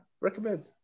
recommend